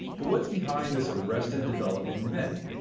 but what's behind this arrested development in men.